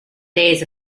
days